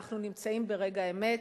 אנחנו נמצאים ברגע האמת.